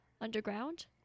underground